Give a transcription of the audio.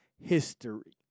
history